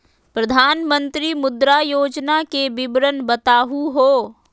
प्रधानमंत्री मुद्रा योजना के विवरण बताहु हो?